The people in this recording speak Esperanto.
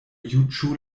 juĝu